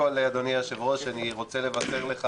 אדוני היושב-ראש, אני רוצה לבשר לך